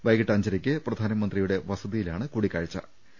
വൈകീട്ട് അഞ്ചരക്ക് പ്രധാനമന്ത്രിയുടെ വസതിയിലാണ് കൂടിക്കാഴ്ച്ചു